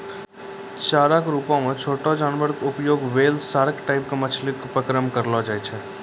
चारा के रूप मॅ छोटो जानवर के उपयोग व्हेल, सार्क टाइप के मछली पकड़ै मॅ करलो जाय छै